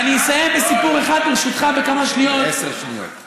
אתה מדבר על פלסטין, הא?